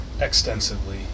extensively